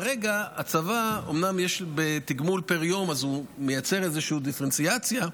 כרגע הצבא אומנם בתגמול פר-יום מייצר איזושהי דיפרנציאציה,